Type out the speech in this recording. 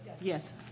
Yes